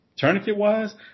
tourniquet-wise